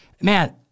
man